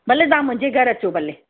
भले तां मुंहिंजे घरु अचो भले